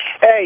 Hey